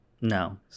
No